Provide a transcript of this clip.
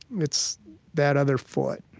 it's that other foot